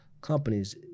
companies